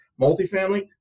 multifamily